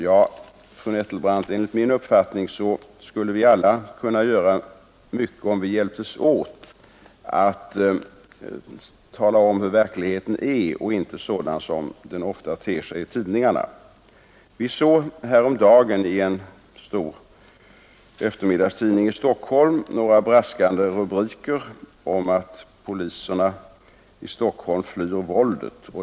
Ja, fru Nettelbrandt, enligt min uppfattning skulle vi alla kunna göra mycket om vi hjälptes åt att tala om hurudan verkligheten är. Den är inte sådan som den ofta ter sig i tidningarna. Vi såg häromdagen i en stor eftermiddagstidning i Stockholm några braskande rubriker om att poliserna i Stockholm flyr våldet.